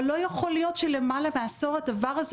אבל לא יכול להיות שלמעלה מעשור הדבר הזה